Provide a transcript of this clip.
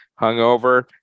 hungover